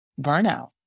burnout